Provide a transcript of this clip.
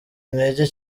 intege